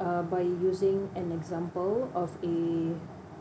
uh by using an example of a